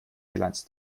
bilanz